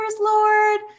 lord